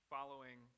Following